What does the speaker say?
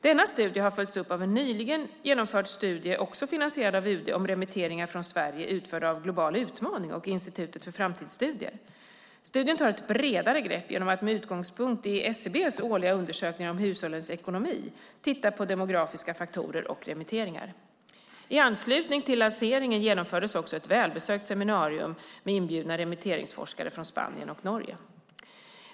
Denna studie har följts upp av en nyligen genomförd studie, också finansierad av UD, om remitteringar från Sverige utförd av Global Utmaning och Institutet för Framtidsstudier. Studien tar ett bredare grepp genom att med utgångspunkt i SCB:s årliga undersökning om hushållens ekonomi titta på demografiska faktorer och remitteringar. I anslutning till lanseringen genomfördes också ett välbesökt seminarium med inbjudna remitteringsforskare från Spanien och Norge.